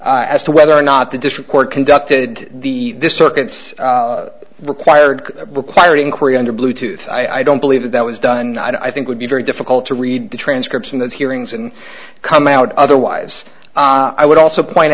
as to whether or not the district court conducted the circuits required required inquiry under bluetooth i don't believe that that was done i think would be very difficult to read the transcripts in those hearings and come out otherwise i would also point